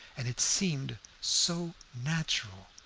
and it seemed so natural.